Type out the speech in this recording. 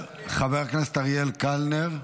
חבר הכנסת אריאל קלנר,